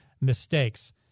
mistakes